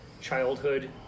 childhood